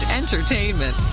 entertainment